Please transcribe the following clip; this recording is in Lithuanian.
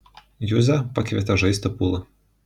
juzę pakvietė žaisti pulą